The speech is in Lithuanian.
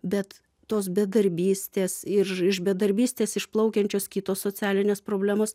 bet tos bedarbystės ir iš bedarbystės išplaukiančios kitos socialinės problemos